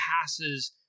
passes